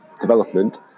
development